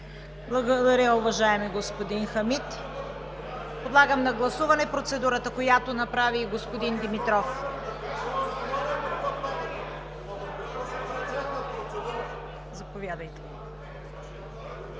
Благодаря, уважаеми господин Хамид. Подлагам на гласуване процедурата, която направи господин Димитров. (Силен